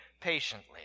patiently